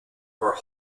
where